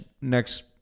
next